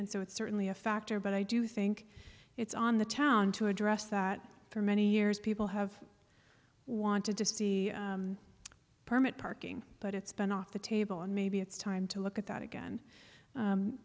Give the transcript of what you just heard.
and so it's certainly a factor but i do think it's on the town to address that for many years people have wanted to see permit parking but it's been off the table and maybe it's time to look at that again